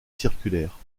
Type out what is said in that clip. circulaire